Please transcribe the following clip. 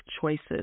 choices